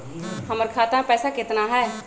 हमर खाता मे पैसा केतना है?